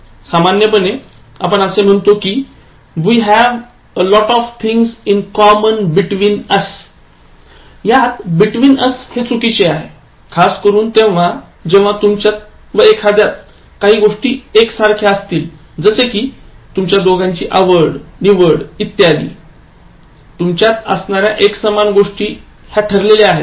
सामान्यपणे आपण असे म्हणतो कि we have a lot of things in common between us between us हे चुकीचे आहे खासकरून तेव्हा जेव्हा तुमच्यात व एखाद्यात काही गोष्टी एकसारख्या असतील जसे कि तुमच्या दोघांची आवडनिवड इत्यादी तुमच्यात असणाऱ्या एकसमान गोष्टी ह्या ठरलेल्या आहेत